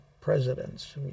presidents